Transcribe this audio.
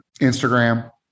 Instagram